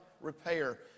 repair